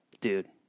dude